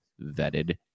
vetted